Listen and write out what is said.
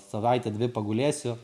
savaitę dvi pagulėsiu